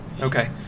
Okay